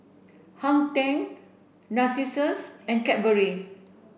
Hang Ten Narcissus and Cadbury